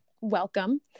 welcome